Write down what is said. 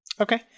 Okay